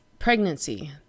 Pregnancy